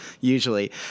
usually